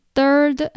Third